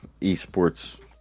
Esports